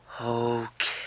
Okay